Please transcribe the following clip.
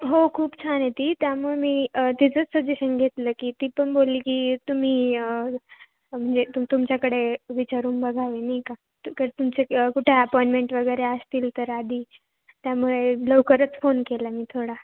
हो खूप छान आहे ती त्यामुळे मी तिचंच सजेशन घेतलं की ती पण बोलली की तुम्ही म्हणजे तु तुमच्याकडे विचारून बघावे नाही का तुमचे कुठं अपॉइंटमेंट वगैरे असतील तर आधी त्यामुळे लवकरच फोन केला मी थोडा